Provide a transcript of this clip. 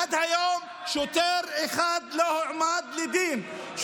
עד היום שוטר אחד לא הועמד לדין,